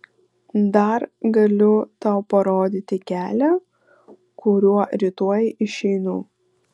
dar galiu tau parodyti kelią kuriuo rytoj išeinu